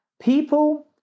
people